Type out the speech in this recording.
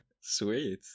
Sweet